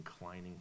inclining